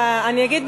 אני אגיד